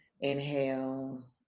Inhale